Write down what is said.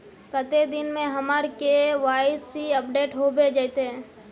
कते दिन में हमर के.वाई.सी अपडेट होबे जयते?